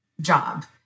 job